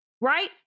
right